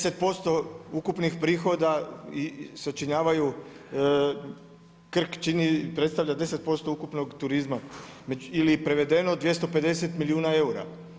10% ukupnih prihoda sačinjavaju, Krk predstavlja 10% ukupnog turizma ili prevedeno 250 milijuna eura.